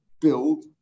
build